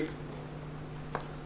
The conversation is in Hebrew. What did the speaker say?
נציג הביטוח הלאומי יתייחס אחריהן.